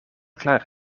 klaar